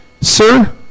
sir